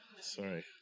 Sorry